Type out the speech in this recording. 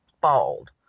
bald